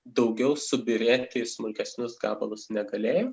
daugiau subyrėti į smulkesnius gabalus negalėjo